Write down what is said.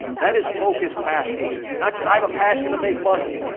that is focused passion, not just i have a passion to make money.